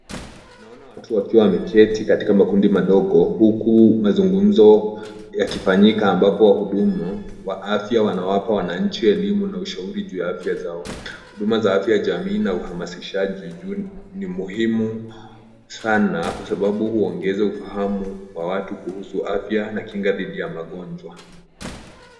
Tunaona watu wakiwa wameketi katika makundi madogo. Huku mazungumzo yakifanyika ambapo wahudumu wa afya wanawapa wananchi elimu na ushauri juu ya afya yao. Huduma za afya jamii na uhamashishaji ni muhimu sana kwa sababu huongeza ufahamu wa watu kuhusu afya na kinga dhidi ya magonjwa.